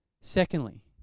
Secondly